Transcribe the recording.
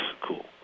cool